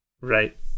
Right